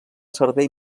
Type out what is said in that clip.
servei